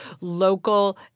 local